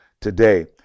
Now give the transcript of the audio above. today